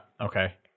Okay